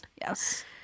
Yes